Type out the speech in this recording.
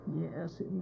Yes